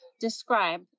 describe